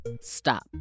Stop